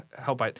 help